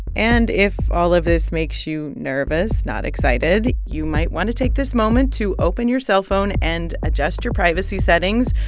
and if all of this makes you nervous not excited, you might want to take this moment to open your cell phone and adjust your privacy settings.